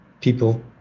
people